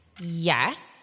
Yes